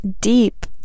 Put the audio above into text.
deep